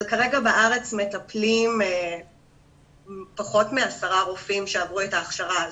כרגע בארץ מטפלים פחות מ-10 רופאים שעברו את ההכשרה הזאת.